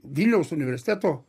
vilniaus universiteto